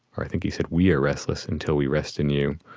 or i think he said, we are restless until we rest in you.